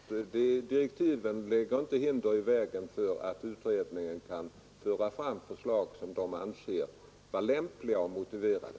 Torsdagen den Herr talman! Jag vill bara helt kort anföra, att de direktiven inte 7 december 1972 lägger hinder i vägen för utredningen att föra fram förslag som den anser vara lämpliga och motiverade.